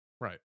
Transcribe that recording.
Right